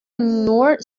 nur